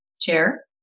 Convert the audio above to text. Chair